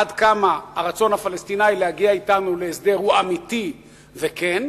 עד כמה הרצון הפלסטיני להגיע אתנו להסדר הוא אמיתי וכן,